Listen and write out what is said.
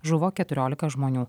žuvo keturiolika žmonių